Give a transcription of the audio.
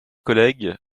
collègues